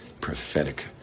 prophetic